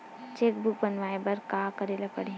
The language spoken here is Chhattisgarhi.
चेक बुक बनवाय बर का करे ल पड़हि?